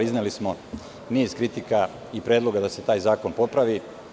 Izneli smo niz kritika i predloga da se taj zakon popravi.